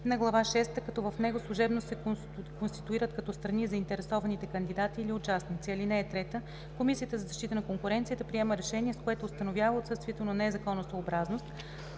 на глава шеста, като в него служебно се конституират като страни заинтересованите кандидати или участници. (3) Комисията за защита на конкуренцията приема решение, с което установява отсъствието на незаконосъобразност,